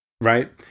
right